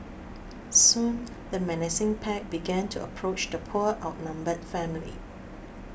soon the menacing pack began to approach the poor outnumbered family